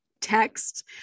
text